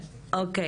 אוקיי,